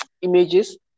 images